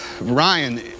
Ryan